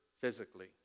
physically